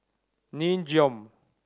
Nin Jiom